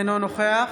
אינו נוכח